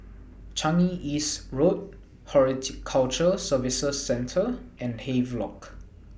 Changi East Road Horticulture Services Centre and Havelock